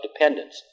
dependence